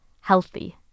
healthy